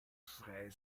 freie